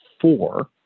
four